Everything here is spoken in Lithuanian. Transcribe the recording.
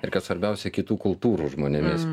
ir kas svarbiausia kitų kultūrų žmonėmis